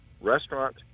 restaurant